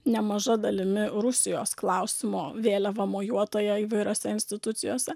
nemaža dalimi rusijos klausimo vėliava mojuotoja įvairiose institucijose